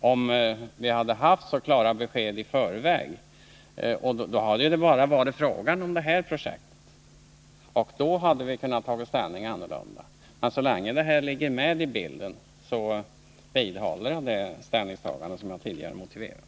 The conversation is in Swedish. Om vi hade haft klara besked i förväg, hade det ju bara varit fråga om detta projekt, och då hade vårt ställningstagande kunnat bli ett annat, men så länge detta finns med i bilden vidhåller jag det ställningstagande som jag tidigare motiverat.